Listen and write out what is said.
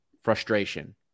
frustration